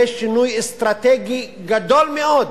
זה שינוי אסטרטגי גדול מאוד,